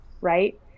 right